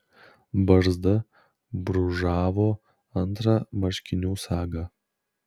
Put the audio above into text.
barzda brūžavo antrą marškinių sagą